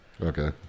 Okay